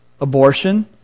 abortion